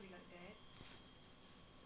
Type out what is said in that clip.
我朋友